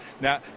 now